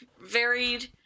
varied